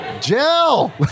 Jill